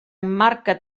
emmarca